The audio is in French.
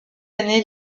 année